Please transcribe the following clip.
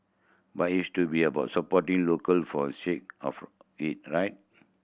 but to be about supporting local for of it right